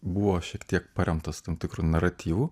buvo šiek tiek paremtas tam tikru naratyvu